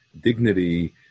Dignity